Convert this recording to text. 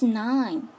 nine